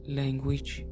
language